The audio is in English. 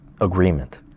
agreement